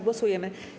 Głosujemy.